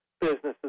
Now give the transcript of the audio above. businesses